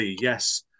yes